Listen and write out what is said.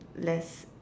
less